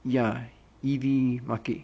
ya E_V market